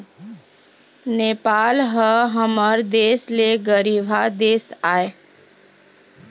नेपाल ह हमर देश ले गरीबहा देश आय